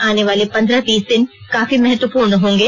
आने वाले पन्द्रह बीस दिन काफी महत्वपूर्ण होंगे